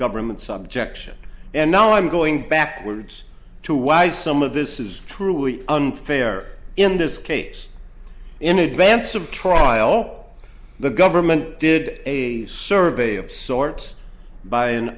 government subjection and now i'm going backwards to why some of this is truly unfair in this case in advance of trial the government did a survey of sorts by an